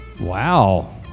Wow